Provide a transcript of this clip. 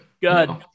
Good